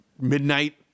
midnight